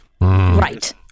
right